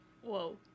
Whoa